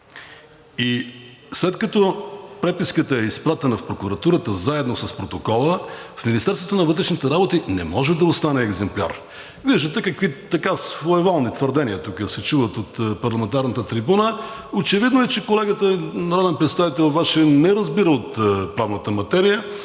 и след като преписката е изпратена в прокуратурата заедно с протокола, в Министерството на вътрешните работи не може да остане екземпляр. Виждате какви своеволни твърдения се чуват тук от парламентарната трибуна. Очевидно е, че колегата народен представител обаче не разбира от правната материя,